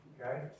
okay